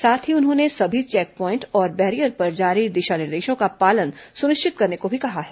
साथ ही उन्होंने सभी चेक प्वाइंट और बैरियर पर जारी दिशा निर्देशों का पालन सुनिश्चित करने को भी कहा है